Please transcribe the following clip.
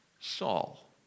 Saul